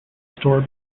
store